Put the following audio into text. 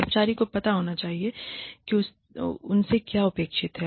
कर्मचारी को पता होना चाहिए कि उनसे क्या अपेक्षित है